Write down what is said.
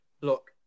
Look